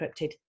encrypted